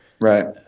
Right